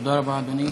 תודה רבה, אדוני.